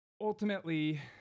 ultimately